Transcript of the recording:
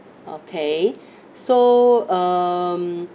okay so um